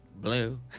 Blue